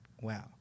wow